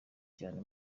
cyane